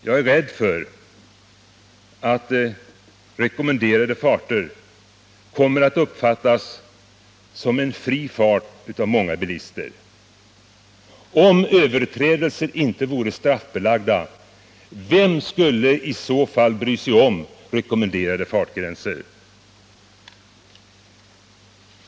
Jag är rädd för att rekommenderade farter av många bilister skulle komma att uppfattas som fri fart. Om överträdelser inte vore straffbelagda, vem skulle då bry sig om rekommenderade fartgränser?